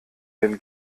den